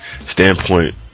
standpoint